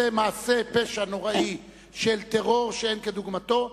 עושה מעשה פשע נוראי של טרור שאין כדוגמתו,